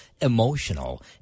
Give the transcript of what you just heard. emotional